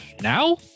now